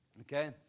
Okay